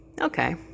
Okay